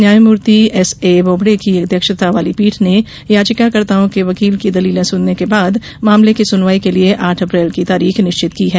न्यायमूर्ति S A Bobde की अध्यक्षता वाली पीठ ने याचिकाकर्ताओं के वकील की दलीलें सुनने के बाद मामले की सुनवाई के लिए आठ अप्रैल की तारीख निश्चित की है